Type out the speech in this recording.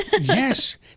Yes